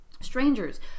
Strangers